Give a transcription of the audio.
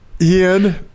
Ian